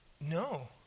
no